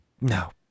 no